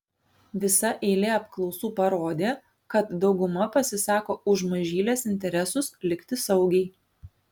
visa eilė apklausų parodė kad dauguma pasisako už mažylės interesus likti saugiai